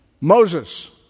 Moses